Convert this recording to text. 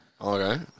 Okay